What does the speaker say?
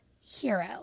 hero